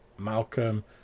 Malcolm